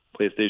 PlayStation